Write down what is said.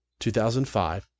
2005